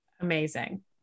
Amazing